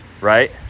right